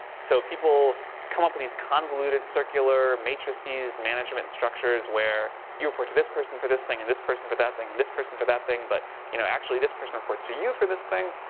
so people come up with these convoluted circular matrices management structures, where you report to this person for this thing, and this person for that thing, and this person for that thing. but you know, actually this person reports to you for this thing.